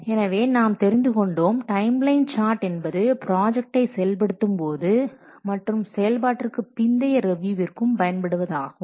எனவே நாம் தெரிந்து கொண்டோம் டைம் லைன் சார்ட் என்பது ப்ராஜெக்டை செயல்படுத்தும்போது மற்றும் செயல்பாட்டிற்கு பிந்தைய ரேவியூவிற்கும் பயன்படுவது ஆகும்